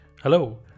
hello